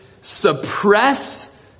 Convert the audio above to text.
suppress